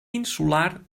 insular